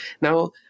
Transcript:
Now